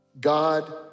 God